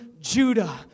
Judah